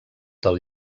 del